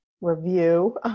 review